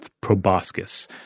proboscis